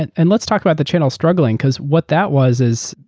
and and let's talk about the channel struggling because what that was is,